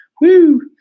Woo